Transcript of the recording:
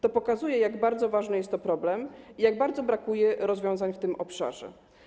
To pokazuje, jak bardzo ważny jest to problem i jak bardzo brakuje rozwiązań w tym obszarze.